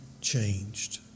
changed